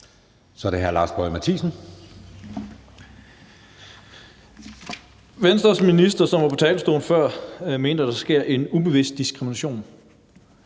Kl. 17:40 Lars Boje Mathiesen (UFG): Venstres minister, som var på talerstolen før, mente, at der sker en ubevidst diskrimination.